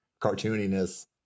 cartooniness